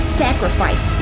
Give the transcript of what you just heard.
sacrifice